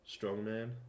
strongman